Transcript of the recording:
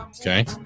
Okay